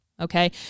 okay